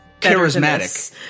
charismatic